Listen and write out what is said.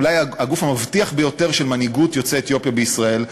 אולי הגוף המבטיח ביותר של מנהיגות יוצאי אתיופיה בישראל,